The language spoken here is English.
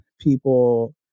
People